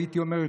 הייתי אומר,